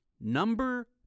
number